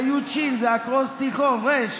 זה יו"ד שי"ן, זה אקרוסטיכון רי"ש.